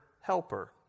helper